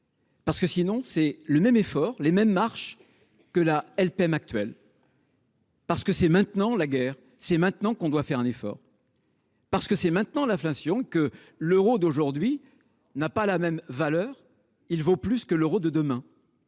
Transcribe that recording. Parce que sinon c'est le même effort les mêmes marche que la LPM actuelle. Parce que c'est maintenant la guerre c'est maintenant qu'on doit faire un effort. Parce que c'est maintenant l'inflation que l'euro d'aujourd'hui n'a pas la même valeur il vaut plus que l'euro de demain.